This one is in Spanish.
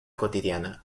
cotidiana